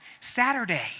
Saturday